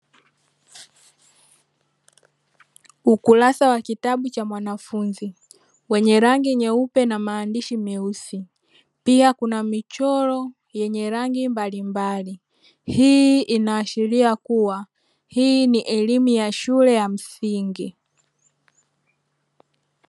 Ukurasa wa kitabu cha mwanafunzi wenye rangi nyeupe na maandishi meusi pia kuna michoro yenye rangi mbalimbali, hii inaashiria kuwa hii ni elimu ya shule ya msingi.